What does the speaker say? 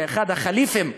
של אחד הח'ליפים הערבים,